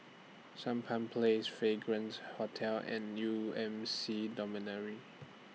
Sampan Place Fragrance Hotel and U M C Dormitory